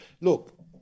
Look